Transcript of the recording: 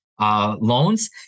loans